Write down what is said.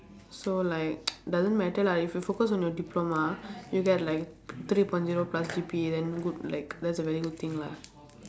so like doesn't matter lah if you focus on your diploma you get like three point zero plus G_P_A then good like that's a very good thing lah